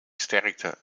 sterkte